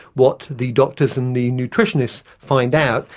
what the doctors and the nutritionists find out,